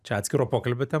čia atskiro pokalbio tem